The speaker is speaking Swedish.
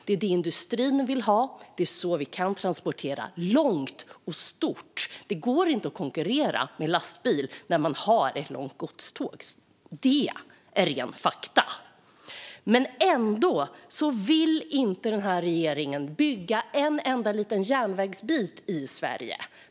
Det är det industrin vill ha. Det är så vi kan transportera långt och stort. En lastbil kan inte konkurrera med ett långt godståg. Det är ett rent faktum. Ändå vill inte den här regeringen bygga en enda liten järnvägsbit i Sverige.